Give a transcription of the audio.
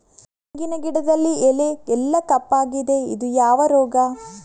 ತೆಂಗಿನ ಗಿಡದಲ್ಲಿ ಎಲೆ ಎಲ್ಲಾ ಕಪ್ಪಾಗಿದೆ ಇದು ಯಾವ ರೋಗ?